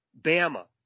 Bama